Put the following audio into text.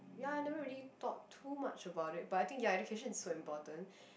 ya I never really thought too much about it but I think ya education is so important